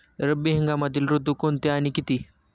रब्बी हंगामातील ऋतू कोणते आणि किती?